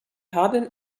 haben